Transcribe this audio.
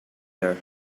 there